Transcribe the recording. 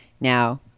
now